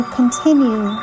continue